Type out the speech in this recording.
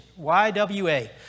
YWA